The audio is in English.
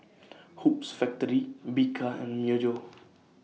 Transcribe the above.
Hoops Factory Bika and Myojo